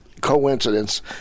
coincidence